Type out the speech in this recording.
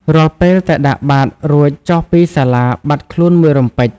រាល់ពេល តែដាក់បាត្ររួចចុះពីសាលា បាត់ខ្លួនមួយរំពេច ។